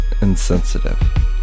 insensitive